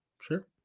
Sure